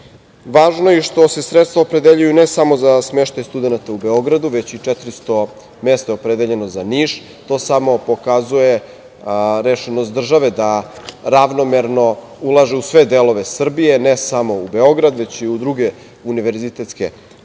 je i što se sredstava opredeljuju ne samo za smeštaj studenata u Beogradu već i 400 mesta je opredeljeno za Niš. To samo pokazuje rešenost države da ravnomerno ulaže u sve delove Srbije, ne samo u Beograd, već i u druge univerzitetske